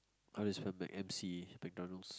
I just want my MC McDonald's